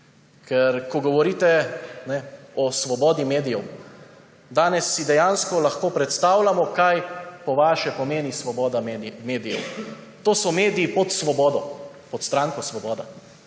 ko govorite o svobodi medijev, danes si dejansko lahko predstavljamo, kaj po vaše pomeni svoboda medijev. To so mediji pod Svobodo, pod stranko Svoboda.